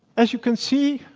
as you can see,